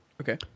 okay